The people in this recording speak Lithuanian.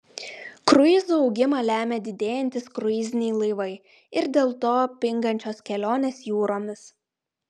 kruizų augimą lemia didėjantys kruiziniai laivai ir dėl to pingančios kelionės jūromis